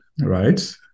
right